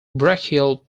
brachial